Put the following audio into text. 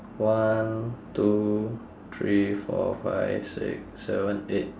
one two three four five six seven eight